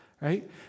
right